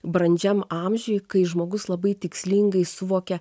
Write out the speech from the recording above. brandžiam amžiuj kai žmogus labai tikslingai suvokia